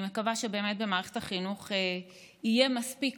אני מקווה שבאמת במערכת החינוך יהיה מספיק